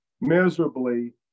miserably